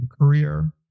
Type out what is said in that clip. career